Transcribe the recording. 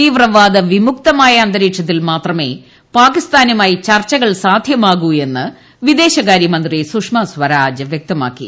തീവ്രവാദ വിമുക്തമായ അന്തരീക്ഷത്തിൽ മാത്രമേ പാകിസ്ഥാനുമായി ചർച്ചകൾ സാധ്യമാവൂ എന്ന് വിദേശകാരൃ മന്ത്രി സുഷമ സ്വരാജ് വ്യക്തമാക്കി